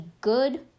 good